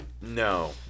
No